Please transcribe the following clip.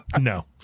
No